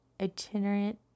itinerant